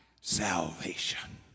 salvation